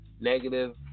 negative